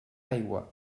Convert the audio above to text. aigua